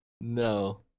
no